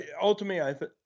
Ultimately